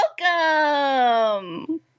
Welcome